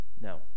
No